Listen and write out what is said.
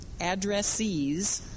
addressees